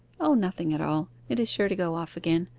o, nothing at all. it is sure to go off again.